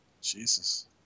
Jesus